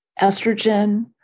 estrogen